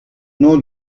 nom